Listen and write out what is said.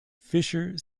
fisher